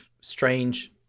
strange